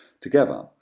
together